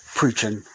preaching